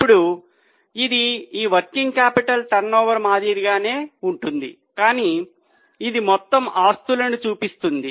ఇప్పుడు ఇది ఈ వర్కింగ్ క్యాపిటల్ టర్నోవర్ మాదిరిగానే ఉంటుంది కానీ ఇది మొత్తం ఆస్తులను సూచిస్తుంది